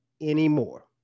anymore